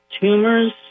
tumors